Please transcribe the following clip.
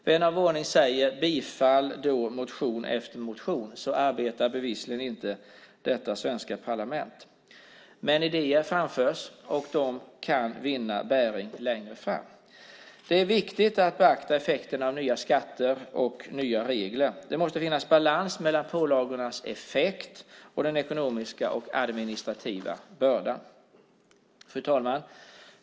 Vän av ordning säger: Så varför då inte bifalla motion efter motion? Men så arbetar bevisligen inte detta svenska parlament. Idéer framförs dock, och de kan vinna bäring längre fram. Det är viktigt att beakta effekterna av nya skatter och regler. Det måste finnas en balans mellan pålagornas effekt och den ekonomiska och administrativa bördan. Fru talman!